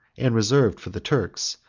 and reserved for the turks,